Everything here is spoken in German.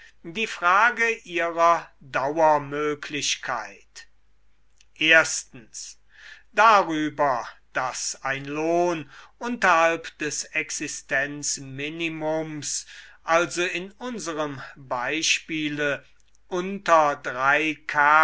die frage ihrer dauermglichkeit darber da ein lohn unterhalb des existenzminimums also in unserem beispiele unter